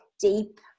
deep